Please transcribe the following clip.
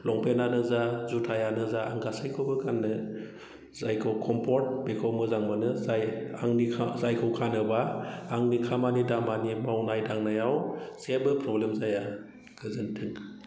लंपेन्ट आनो जा जुथायानो जा आं गासैखौबो गाननो जायखौ कमफरट बेखौ मोनो जाय जायखौ गानोब्ला आंनि खामानि दामानि मावनाय दांनायाव जेबो प्रब्लेम जाया गोजोन्थों